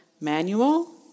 manual